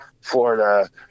Florida